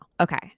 Okay